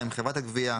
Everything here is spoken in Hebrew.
(2)חברת הגבייה,